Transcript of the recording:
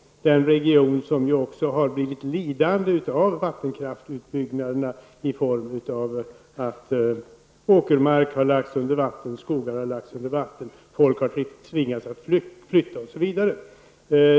Dessa regioner har också blivit lidande av vattenkraftsutbyggnaderna genom att åkermark och skogar har lagts under vatten, människor tvingats att flytta osv.